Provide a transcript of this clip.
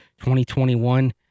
2021